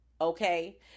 okay